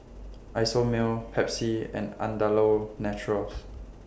Isomil Pepsi and Andalou Naturals